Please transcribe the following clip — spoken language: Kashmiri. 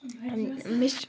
مےٚ چھُ